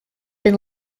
been